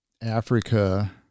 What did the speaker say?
Africa